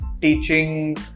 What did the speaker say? teaching